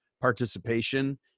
participation